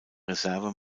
reserve